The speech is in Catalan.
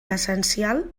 essencial